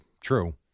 true